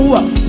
up